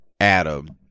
Adam